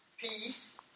peace